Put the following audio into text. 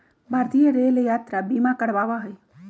भारतीय रेल यात्रा बीमा करवावा हई